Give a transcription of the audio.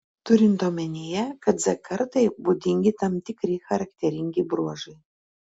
turint omenyje kad z kartai būdingi tam tikri charakteringi bruožai